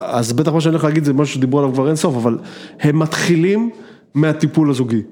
אז בטח מה שאני הולך להגיד זה משהו שדיברו עליו כבר אין סוף, אבל הם מתחילים מהטיפול הזוגי.